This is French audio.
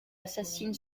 assassine